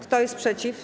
Kto jest przeciw?